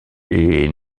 est